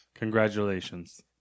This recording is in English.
Congratulations